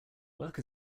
work